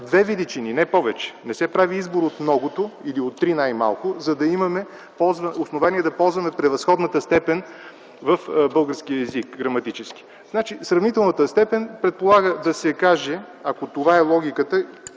две величини, не повече. Не се прави избор от многото или от три най-малко, за да имаме основание да ползваме превъзходната степен в българския граматически език. Сравнителната степен предполага да се каже, ако това е логиката